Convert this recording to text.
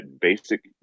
basic